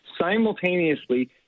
Simultaneously